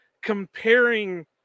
comparing